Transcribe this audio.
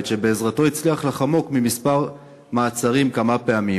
שבעזרתו הצליח לחמוק מכמה מעצרים כמה פעמים.